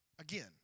again